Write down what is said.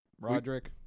Roderick